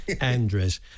Andres